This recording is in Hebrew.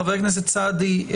חבר הכנסת סעדי,